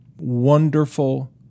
Wonderful